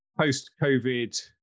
post-COVID